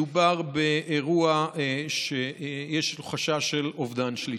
מדובר באירוע שיש בו חשש של אובדן שליטה.